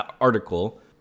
article